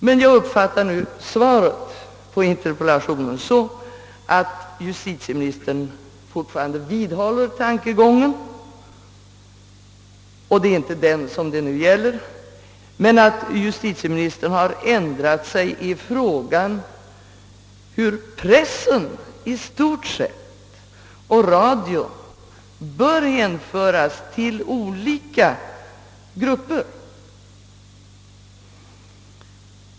Men jag uppfattar svaret på min interpellation så, att justitieministern alltjämt vidhåller tankegången — och det är inte den som det nu gäller — men har ändrat sig i frågan hur pressen, i stort sett, och radion bör hänföras till olika grupper.